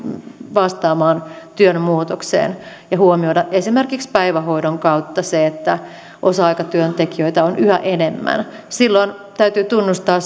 vastaamaan työn muutokseen ja huomioida esimerkiksi päivähoidon kautta se että osa aikatyöntekijöitä on yhä enemmän silloin täytyy tunnustaa